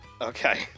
Okay